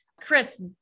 Chris